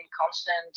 constant